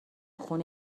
خونه